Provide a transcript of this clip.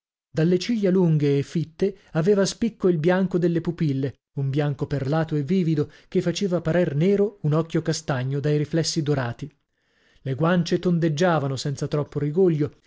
dalle ciglia lunghe e fitte aveva spicco il bianco delle pupille un bianco perlato e vivido che faceva parer nero un occhio castagno dai riflessi dorati le guancie tondeggiavano senza troppo rigoglio